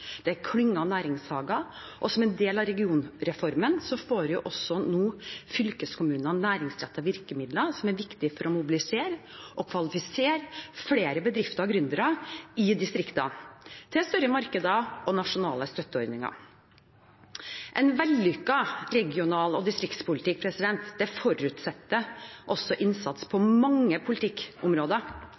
næringshager. Og som en del av regionreformen får fylkeskommunene nå også næringsrettede virkemidler som er viktige for å mobilisere og kvalifisere flere bedrifter og gründere i distriktene til store markeder og nasjonale støtteordninger. En vellykket regional- og distriktspolitikk forutsetter også innsats på mange politikkområder,